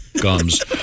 gums